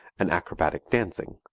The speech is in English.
and acrobatic dancing,